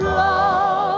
love